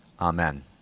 Amen